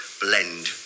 blend